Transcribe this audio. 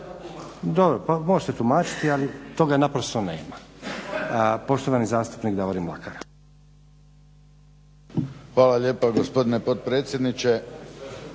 Dobro, pa možete tumačiti ali toga naprosto nema. Poštovani zastupnik Davorin Mlakar.